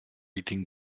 eating